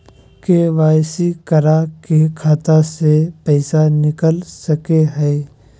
KYC करा के खाता से पैसा निकल सके हय?